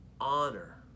honor